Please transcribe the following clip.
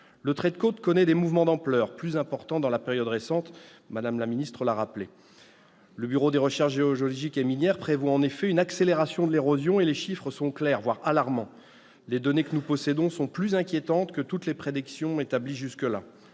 Le trait de côte connaît des mouvements d'ampleur, plus importants dans la période récente, comme l'a rappelé Mme la secrétaire d'État. Le Bureau de recherches géologiques et minières prévoit en effet une accélération de l'érosion et les chiffres sont clairs, voire alarmants. Les données que nous possédons sont plus inquiétantes que toutes les prédictions établies jusque-là.